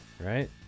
right